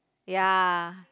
ya